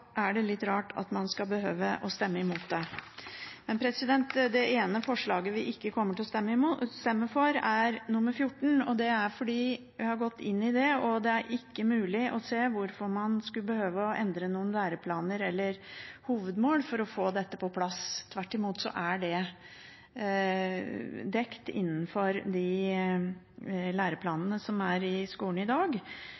er det litt rart at man skal behøve å stemme imot det. Det ene forslaget vi ikke kommer til å stemme for, er forslag nr. 14. Det er fordi vi har gått inn i det, og det er ikke mulig å se hvorfor man skulle behøve å endre noen læreplaner eller hovedmål for å få dette på plass, tvert imot er det dekket innenfor de